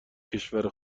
کشور